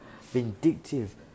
vindictive